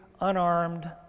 unarmed